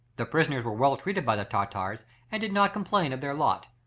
the prisoners were well treated by the tartars, and did not complain of their lot.